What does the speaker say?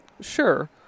Sure